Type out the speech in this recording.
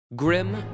Grim